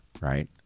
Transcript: right